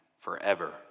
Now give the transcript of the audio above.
forever